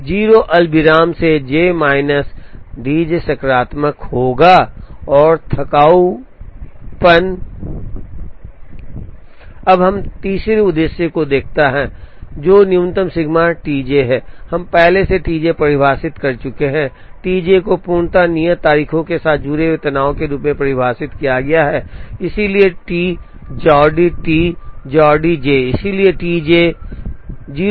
अब हम तीसरे उद्देश्य को देखते हैं जो न्यूनतम सिग्मा टी जे है हम पहले से ही टी जे को परिभाषित कर चुके हैं टी जे को पूर्णता और नियत तारीखों के साथ जुड़े हुए तनाव के रूप में परिभाषित किया गया है इसलिए टी जॉर्डी टी जॉर्डी जे इसलिए टी जे